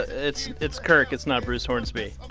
it's it's kirk. it's not bruce hornsby